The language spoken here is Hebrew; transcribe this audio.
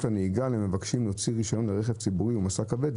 הנהיגה למבקשים להוציא רישיון לרכב ציבורי ומשא כבד,